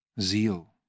zeal